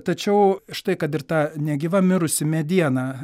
tačiau štai kad ir ta negyva mirusi mediena